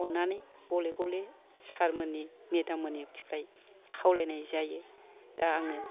अननानै गले गले सार मोननि मेदाम मोननि थिंजाय खावलायनाय जायो दा आङो